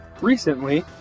Recently